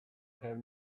have